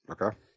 Okay